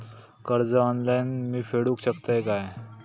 कर्ज ऑनलाइन मी फेडूक शकतय काय?